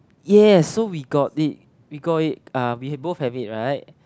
yes so we got it we got it uh we both have it right